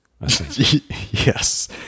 Yes